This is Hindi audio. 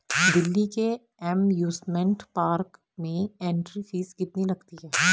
दिल्ली के एमयूसमेंट पार्क में एंट्री फीस कितनी लगती है?